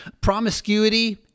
Promiscuity